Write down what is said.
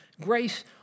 grace